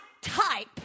type